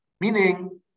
meaning